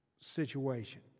situation